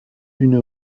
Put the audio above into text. une